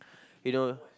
you know